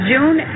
June